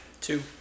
Two